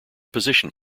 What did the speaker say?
position